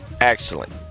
excellent